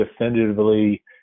definitively